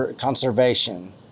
conservation